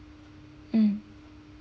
mm